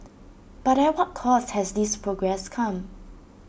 but at what cost has this progress come